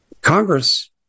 Congress